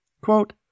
Quote